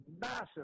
massive